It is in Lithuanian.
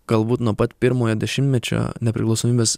galbūt nuo pat pirmojo dešimtmečio nepriklausomybės